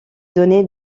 donnée